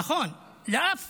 נכון, לאף